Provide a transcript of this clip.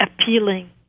appealing